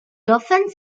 分子